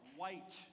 white